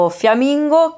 fiammingo